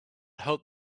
hoped